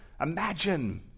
Imagine